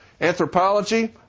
Anthropology